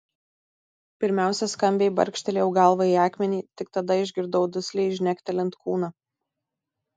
pirmiausia skambiai barkštelėjau galva į akmenį tik tada išgirdau dusliai žnektelint kūną